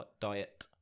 Diet